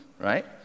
right